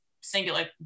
singular